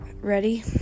Ready